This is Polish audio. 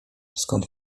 skąd